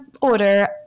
order